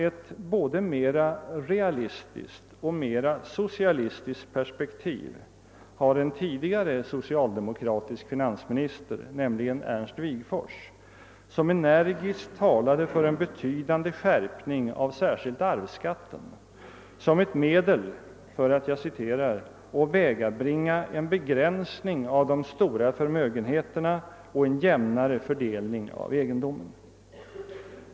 Ett både mera realistiskt och mera socialistiskt perspektiv hade en tidigare socialdemokratisk finansminister, nämligen Ernst Wigforss, som energiskt talade för en betydande skärpning av särskilt arvsskatten som ett medel för att »åvägabringa en begränsning av de stora förmögenheterna och en jämnare fördelning av egendomen».